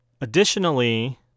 Additionally